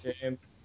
James